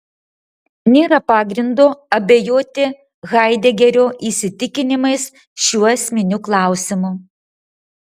nėra pagrindo abejoti haidegerio įsitikinimais šiuo esminiu klausimu